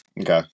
Okay